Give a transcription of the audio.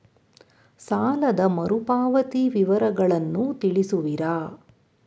ಸಾಲದ ಮರುಪಾವತಿ ವಿವರಗಳನ್ನು ತಿಳಿಸುವಿರಾ?